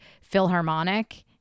Philharmonic